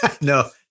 No